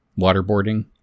Waterboarding